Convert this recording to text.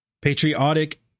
Patriotic